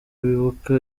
bibuka